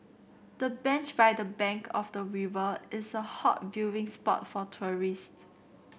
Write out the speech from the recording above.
the bench by the bank of the river is a hot viewing spot for tourist